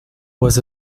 was